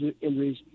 injuries